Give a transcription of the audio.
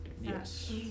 Yes